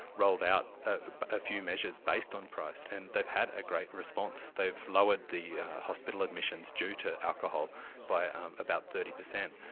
rolled out a few measures based on price, and they've had a great response. they've lowered the hospital admissions due to alcohol by about thirty percent.